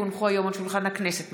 כי הונחו היום על שולחן הכנסת,